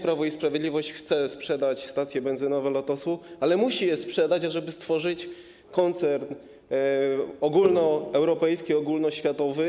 Prawo i Sprawiedliwość nie chce sprzedać stacji benzynowych Lotosu, ale musi je sprzedać, żeby stworzyć koncern ogólnoeuropejski, ogólnoświatowy.